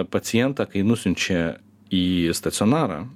pacientą kai nusiunčia į stacionarą